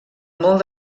molt